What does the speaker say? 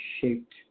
shaped